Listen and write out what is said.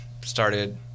started